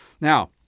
Now